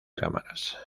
cámaras